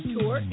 Tour